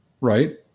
right